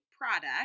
product